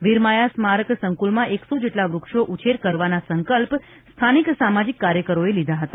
વીરમાયા સ્મારક સંક્રલમાં એકસો જેટલા વ્રક્ષો ઉછેર કરવાના સંકલ્પ સ્થાનિક સમાજિક કાર્યકરોએ લીધા હતા